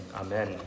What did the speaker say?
amen